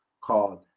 called